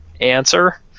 answer